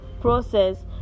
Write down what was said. process